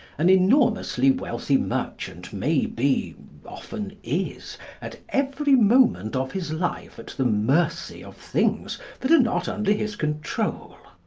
an enormously wealthy merchant may be often is at every moment of his life at the mercy of things that are not under his control.